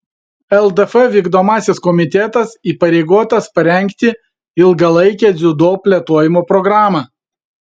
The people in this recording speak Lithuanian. ldf vykdomasis komitetas įpareigotas parengti ilgalaikę dziudo plėtojimo programą